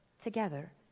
together